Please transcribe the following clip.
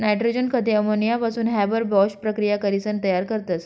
nitrogen खते अमोनियापासून Haber Bosch प्रकिया करीसन तयार करतस